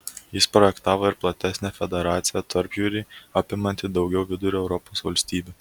jis projektavo ir platesnę federaciją tarpjūrį apimantį daugiau vidurio europos valstybių